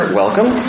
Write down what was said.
welcome